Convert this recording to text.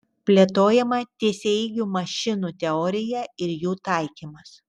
plėtojama tiesiaeigių mašinų teorija ir jų taikymas